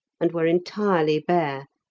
and were entirely bare,